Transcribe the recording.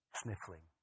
sniffling